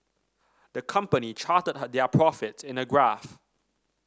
the company charted their profits in a graph